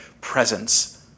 presence